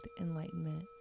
enlightenment